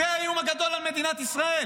זה האיום הגדול על מדינת ישראל.